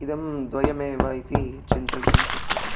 इदं द्वयमेव इति चिन्तयितुं शक्यते